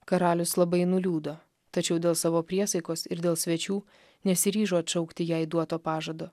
karalius labai nuliūdo tačiau dėl savo priesaikos ir dėl svečių nesiryžo atšaukti jai duoto pažado